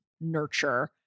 nurture